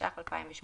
התשע"ח-2018";